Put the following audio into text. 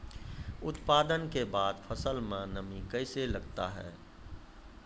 उत्पादन के बाद फसल मे नमी कैसे लगता हैं?